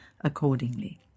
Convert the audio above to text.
accordingly